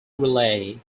relay